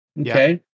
Okay